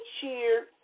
share